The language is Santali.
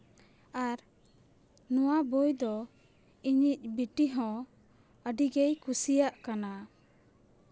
ᱟᱨ ᱱᱚᱣᱟ ᱵᱳᱭ ᱫᱚ ᱤᱧᱤᱡ ᱵᱤᱴᱤ ᱦᱚᱸ ᱟᱹᱰᱤᱜᱮᱭ ᱠᱩᱥᱤᱭᱟᱜ ᱠᱟᱱᱟ